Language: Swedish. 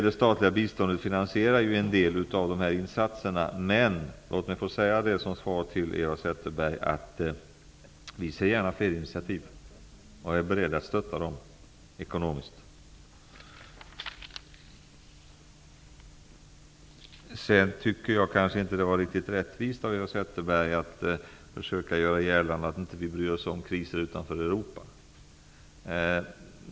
Det statliga biståndet finansierar ju en del av dessa insatser, men -- låt mig få säga det som svar till Eva Zetterberg -- vi ser gärna fler initiativ och är beredda att stötta dem ekonomiskt. Jag tycker inte att det var riktigt rättvist av Eva Zetterberg att försöka göra gällande att vi inte bryr oss om kriser utanför Europa.